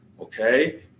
Okay